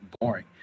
boring